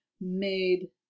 made